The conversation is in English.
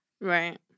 Right